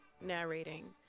narrating